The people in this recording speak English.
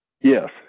Yes